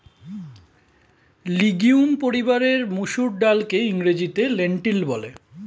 legume পরিবারের মুসুর ডালকে ইংরেজিতে লেন্টিল বলে